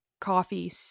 coffee